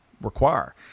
require